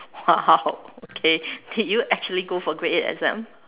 !wow! okay did you actually go for grade eight exam